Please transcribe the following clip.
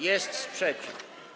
Jest sprzeciw.